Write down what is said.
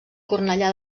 cornellà